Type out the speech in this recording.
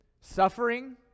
Suffering